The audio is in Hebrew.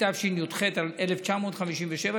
התשי"ח 1957,